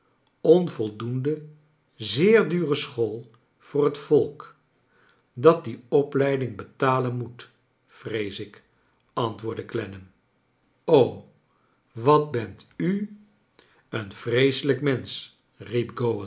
onvoldoende zeer dure school voor het volk dat die opleiding betalen rnoet vrees ik antwoordde clennam g wat bent u een vreeselijk mensch